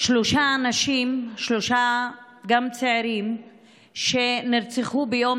שלושה אנשים, שלושה צעירים שנרצחו ביום